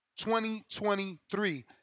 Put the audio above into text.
2023